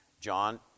John